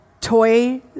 toy